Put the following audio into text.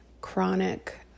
chronic